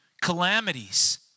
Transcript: calamities